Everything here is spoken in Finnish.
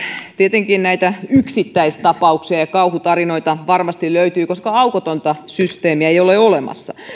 tietenkin näitä yksittäistapauksia ja kauhutarinoita varmasti löytyy koska aukotonta systeemiä ei ole olemassa